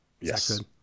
Yes